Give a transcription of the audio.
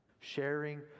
sharing